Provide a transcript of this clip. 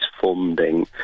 funding